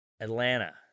Atlanta